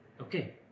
Okay